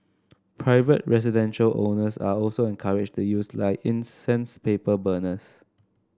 private residential owners are also encouraged to use like incense paper burners